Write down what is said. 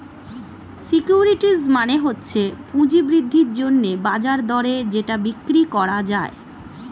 securities মানে হচ্ছে পুঁজি বৃদ্ধির জন্যে বাজার দরে যেটা বিক্রি করা যায়